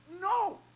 No